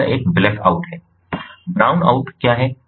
तो यह एक ब्लैकआउट है ब्राउन आउट क्या है